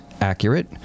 accurate